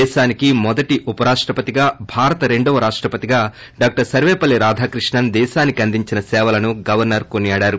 దేశానికి మొదటి ఉపరాష్టపతిగా భారత రెండవ రాష్టపతిగా డాక్టర్ సర్వేపల్లి రాధాకృష్ణన్ దేశానికి అందించిన సేవలను గవర్సర్ కొనియాడారు